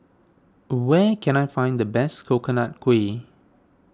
where can I find the best Coconut Kuih